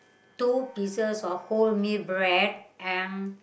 two pieces of wholemeal bread and